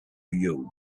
you